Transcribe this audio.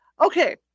Okay